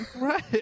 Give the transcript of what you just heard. Right